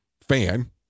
fan